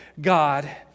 God